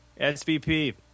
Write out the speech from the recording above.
SVP